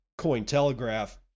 Cointelegraph